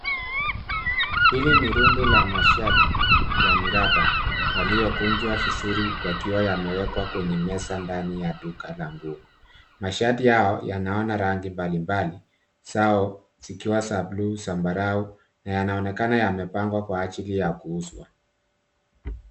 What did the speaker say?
Hili ni rundu la mashadi ya mraba, yaliyopangwa kwa mpangilio wa kawaida juu ya sakafu ya chumba kidogo. Mashadi hayo yana rangi mbalimbali nyekundu, samawati, zambarau, na baadhi yakiwa ya manjano yenye kung’aa yakiwa yamepangwa kwa mtindo wa kuvutia machoni.